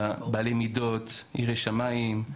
בעלי מידות, יראי שמיים.